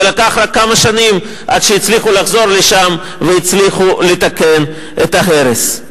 ולקח רק כמה שנים עד שהצליחו לחזור לשם והצליחו לתקן את ההרס.